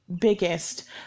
biggest